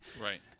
Right